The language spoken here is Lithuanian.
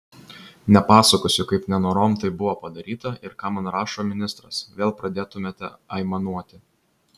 nepasakosiu kaip nenorom tai buvo padaryta ir ką man rašo ministras vėl pradėtumėte aimanuoti